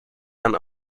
and